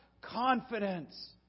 confidence